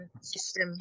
system